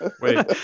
wait